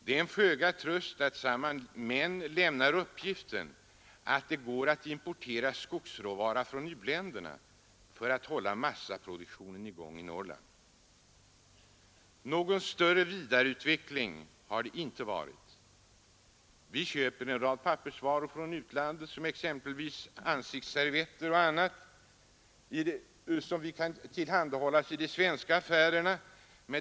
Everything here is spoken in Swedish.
Det är en ringa tröst att samma män lämnar uppgiften att det går att importera skogsråvara från u-länderna för att hålla massaproduktionen i gång i Norrland. Någon större vidareförädling har det inte varit. En rad utländska pappersvaror, exempelvis ansiktsservetter, tillhandahålls i de svenska affärerna.